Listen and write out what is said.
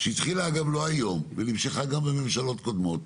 שהתחילה אגב לא היום, היא נמשכה מממשלות קודמות,